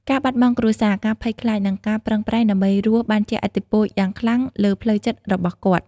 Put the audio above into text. ការបាត់បង់គ្រួសារ ការភ័យខ្លាច និងការប្រឹងប្រែងដើម្បីរស់បានជះឥទ្ធិពលយ៉ាងខ្លាំងលើផ្លូវចិត្តរបស់គាត់។